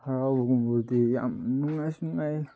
ꯍꯔꯥꯎꯕꯒꯨꯝꯕꯗꯤ ꯌꯥꯝ ꯅꯨꯡꯉꯥꯏꯁꯨ ꯅꯨꯡꯉꯥꯏ